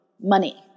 money